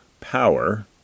power